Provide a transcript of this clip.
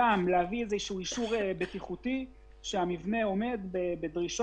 על ידי איזה שהוא אישור בטיחותי לכך שהמבנה עומד בדרישות.